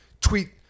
tweet